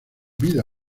vida